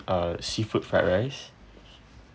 uh seafood fried rice